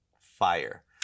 fire